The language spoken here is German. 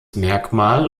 merkmal